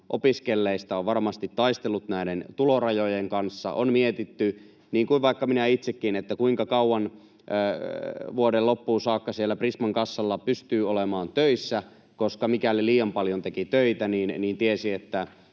opiskelleista on varmasti taistellut näiden tulorajojen kanssa. On mietitty, niin kuin vaikka minä itsekin, että kuinka kauan vuoden loppuun saakka siellä Prisman kassalla pystyy olemaan töissä, koska mikäli liian paljon teki töitä, niin tiesi, että